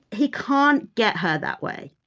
he can't get her that way.